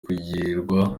kugirwa